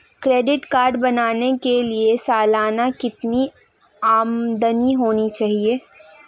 Credit card बनाने के लिए सालाना कितनी आमदनी होनी चाहिए?